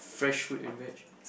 fresh fruit and veg